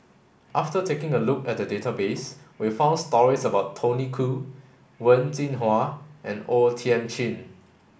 after taking a look at the database we found stories about Tony Khoo Wen Jinhua and O Thiam Chin